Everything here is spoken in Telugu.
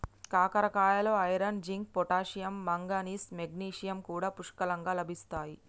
కాకరకాయలో iron, zinc, potassium, manganese, magnesium కూడా పుష్కలంగా లభిస్తాయి